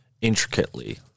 intricately